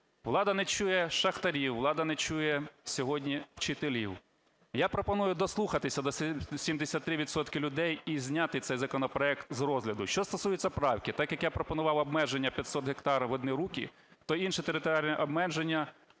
Влада не чує шахтарів, влада не чує сьогодні вчителів. Я пропоную дослухатися до 73 відсотків людей - і зняти цей законопроект з розгляду. Що стосується правки, так як я пропонував обмеження 500 гектарів в одні руки, то інші територіальні обмеження